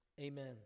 Amen